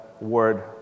Word